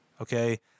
okay